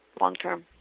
long-term